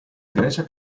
grecia